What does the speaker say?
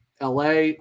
LA